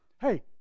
Hey